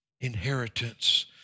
inheritance